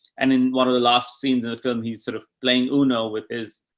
and in one of the last scenes in the film, he's sort of playing uno with his,